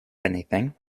anything